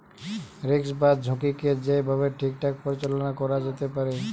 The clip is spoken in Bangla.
রিস্ক বা ঝুঁকিকে যেই ভাবে ঠিকঠাক পরিচালনা করা যেতে পারে